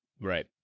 Right